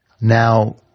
Now